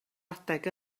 adeg